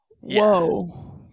Whoa